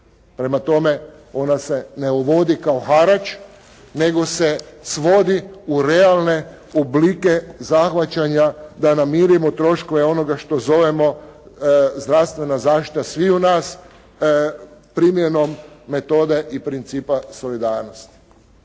Prema tome ona se ne uvodi kao harač nego se svodi u realne oblike zahvaćanja da namirimo troškove onoga što zovemo zdravstvena zaštita sviju nas, primjenom metode i principa solidarnosti.